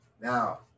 now